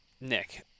nick